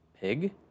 pig